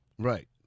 Right